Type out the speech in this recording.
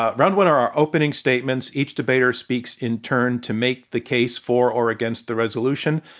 ah round one are our opening statements. each debater speaks in turn to make the case for or against the resolution.